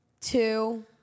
Two